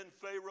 Pharaoh